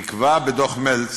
נקבע בדוח מלץ